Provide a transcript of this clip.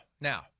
now